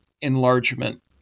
enlargement